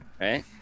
Right